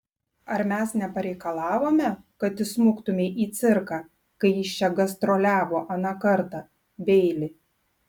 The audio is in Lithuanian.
ar mes nepareikalavome kad įsmuktumei į cirką kai jis čia gastroliavo aną kartą beili